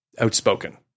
outspoken